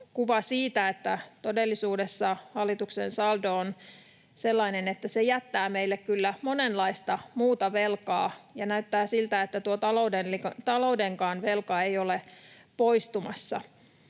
kuva siitä, että todellisuudessa hallituksen saldo on sellainen, että se jättää meille kyllä monenlaista muuta velkaa, ja näyttää siltä, että tuo taloudenkaan velka ei ole poistumassa.